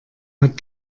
hat